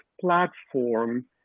platform